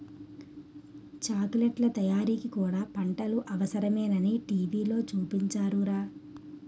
చాకిలెట్లు తయారీకి కూడా పంటలు అవసరమేనని టీ.వి లో చూపించారురా